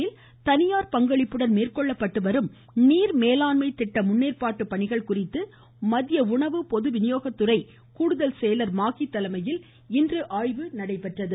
கிருஷ்ணகிரி கிருஷ்ணகிரி மாவட்டத்தில் தனியார் பங்களிப்புடன் மேற்கொள்ளப்பட்டு வரும் நீர் மேலாண்மை திட்ட முன்னேற்பாட்டு பணிகள் குறித்து மத்திய உணவு பொது வினியோகத்துறை கூடுதல் செயலர் மாஹி தலைமையில் இன்று ஆய்வு நடைபெற்றது